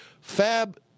Fab